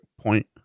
point